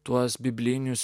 tuos biblinius